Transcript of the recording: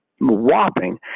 whopping